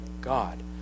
God